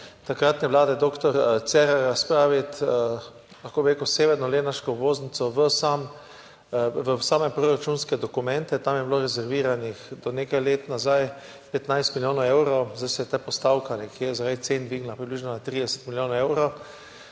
takratne vlade dr. Cerarja spraviti severno lenarško obvoznico v same proračunske dokumente. Tam je bilo rezerviranih do nekaj let nazaj 15 milijonov evrov, zdaj se je ta postavka zaradi cen dvignila približno na 30 milijonov evrov.